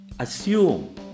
Assume